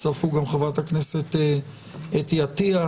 הצטרפו גם חברת הכנסת אתי עטייה,